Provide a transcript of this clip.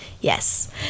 yes